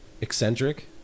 eccentric